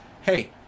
hey